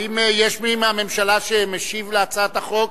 האם יש מי מהממשלה שמשיב על הצעת החוק?